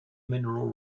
mineral